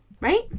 right